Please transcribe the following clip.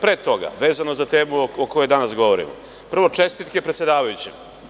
Pre toga, vezano za temu o kojoj danas govorimo, prvo čestitke predsedavajućem.